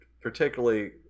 particularly